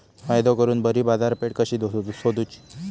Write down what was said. फायदो करून बरी बाजारपेठ कशी सोदुची?